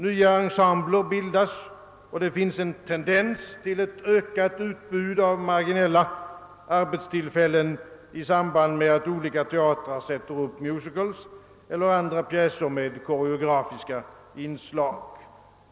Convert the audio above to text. Nya ensembler bildas, och det finns en tendens till ökat utbud av marginella arbetstillfällen i samband med att olika teatrar sätter upp musicals eller andra pjäser med koreografiska inslag.